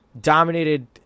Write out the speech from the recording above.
dominated